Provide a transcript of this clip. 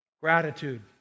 Gratitude